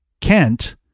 Kent